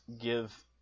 give